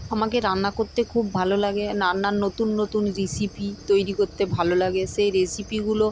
আমাকে রান্না করতে খুব ভালো লাগে রান্নার নতুন নতুন রিসিপি তৈরি করতে ভালো লাগে সেই রেসিপিগুলো